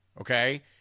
Okay